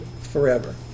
forever